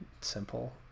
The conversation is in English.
simple